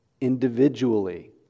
individually